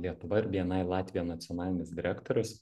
lietuva ir bni latvija nacionalinis direktorius